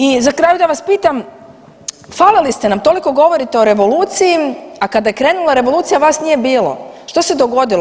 I za kraj da vas pitam, falili ste nam, toliko govorite o revoluciji, a kada je krenula revolucija vas nije bilo, što se dogodilo?